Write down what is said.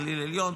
גליל עליון,